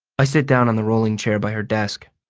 i sit down on the rolling chair by her desk.